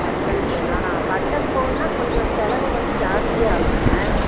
button ஃபோனா button ஃபோன்னா கொஞ்சம் செலவு வந்து ஜாஸ்தியாக ஆகுங்க